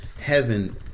heaven